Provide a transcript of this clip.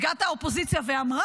עמדה כאן נציגת האופוזיציה ואמרה: